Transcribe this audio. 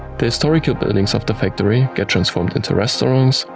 the historical buildings of the factory get transformed into restaurants,